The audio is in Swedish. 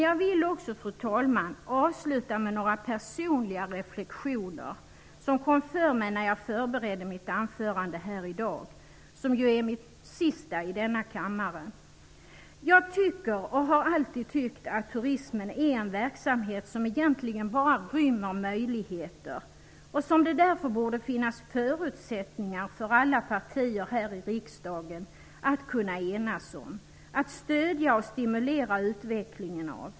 Jag vill också, fru talman, avsluta med några personliga reflexioner, som kom för mig när jag förberedde mitt anförande här i dag och som ju är mitt sista i denna kammare. Jag tycker och har alltid tyckt att turismen är en verksamhet som egentligen bara rymmer möjligheter och som det därför borde finnas förutsättningar för alla partier här i riksdagen att kunna enas om att stödja och stimulera utvecklingen av.